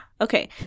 Okay